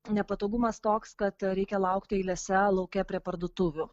nepatogumas toks kad reikia laukti eilėse lauke prie parduotuvių